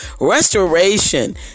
restoration